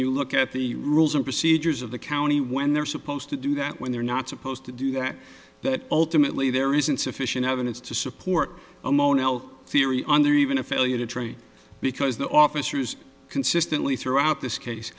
you look at the rules and procedures of the county when they're supposed to do that when they're not supposed to do that that ultimately there is insufficient evidence to support a mono theory on there even a failure to train because the officers consistently throughout this case